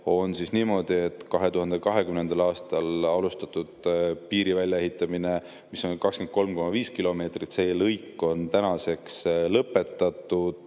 on siis niimoodi, et 2020. aastal alustatud piirilõigu väljaehitamine, mis on 23,5 kilomeetrit, on tänaseks lõpetatud.